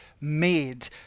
made